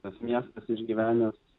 tas miestas išgyvenęs